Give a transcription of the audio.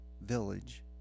village